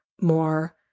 more